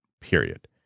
period